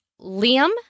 Liam